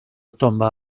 tomba